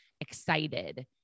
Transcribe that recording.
excited